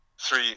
three